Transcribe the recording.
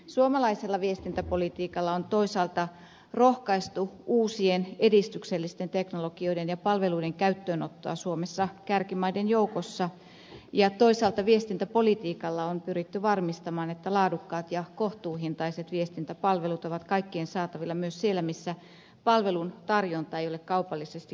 suomalaisella viestintäpolitiikalla on toisaalta rohkaistu uusien edistyksellisten teknologioiden ja palveluiden käyttöönottoa suomessa kärkimaiden joukossa ja toisaalta viestintäpolitiikalla on pyritty varmistamaan että laadukkaat ja kohtuuhintaiset viestintäpalvelut ovat kaikkien saatavilla myös siellä missä palvelun tarjonta ei ole kaupallisesti kannattavaa